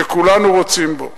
שכולנו רוצים בו.